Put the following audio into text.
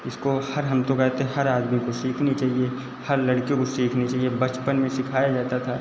इसको हर हम तो कहते हर आदमी को सीखनी चाहिए हर लड़कियों को सीखनी चाहिए बचपन में सिखाया जाता था